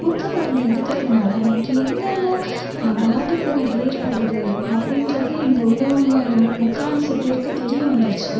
ஊக்க மருந்து எடுக்கறதுனால நமக்கு என்னென்ன பாதிப்புகள் ஏற்படுறது அப்படின்றது இங்கே உள்ளவங்கள் முக்கால்வாசி பேருக்கு தெரிய வந்துருச்சு